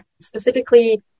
specifically